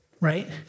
right